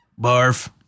Barf